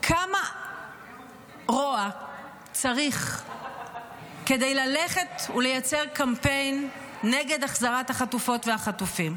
כמה רוע צריך כדי ללכת ולייצר קמפיין נגד החזרת החטופות והחטופים,